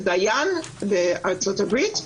הוא דיין בארצות הברית,